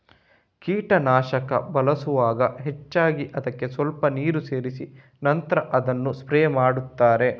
ಕೀಟನಾಶಕ ಬಳಸುವಾಗ ಹೆಚ್ಚಾಗಿ ಅದ್ಕೆ ಸ್ವಲ್ಪ ನೀರು ಸೇರಿಸಿ ನಂತ್ರ ಅದನ್ನ ಸ್ಪ್ರೇ ಮಾಡ್ತಾರೆ